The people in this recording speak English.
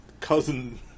Cousin